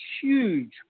huge